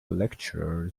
lecturer